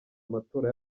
amatora